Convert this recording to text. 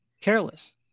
careless